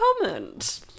comment